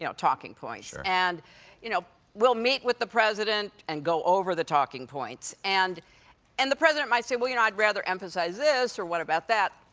you know talking points. stephen sure. and you know we'll meet with the president and go over the talking points, and and the president might say, well, you know, i would rather emphasize this or what about that?